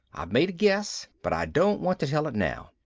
i've made a guess, but i don't want to tell it now.